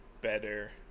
better